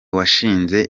washinze